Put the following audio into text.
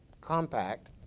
compact